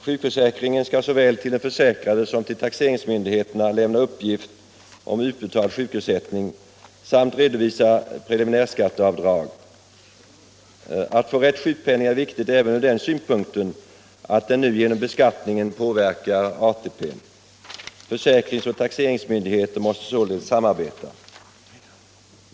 Sjukförsäkringen skall såväl till den försäkrade som till taxeringsmyndigheterna lämna uppgift om utbetalad sjukersättning samt redovisa preliminärskatteavdrag. Att få rätt sjukpenning är viktigt även från den synpunkten att den nu genom beskattningen påverkar ATP. Försäkringsoch taxeringsmyndigheter måste således samarbeta.